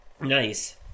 Nice